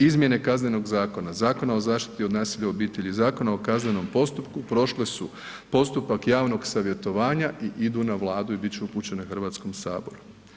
Izmjene Kaznenog zakona, Zakona o zaštiti od nasilja u obitelji, Zakona o kaznenom postupku prošle su postupak javnog savjetovanja i idu na Vladu i biti će upućene Hrvatskom saboru.